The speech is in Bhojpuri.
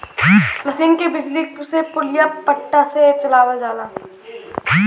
मसीन के बिजली से पुलिया पट्टा से चलावल जाला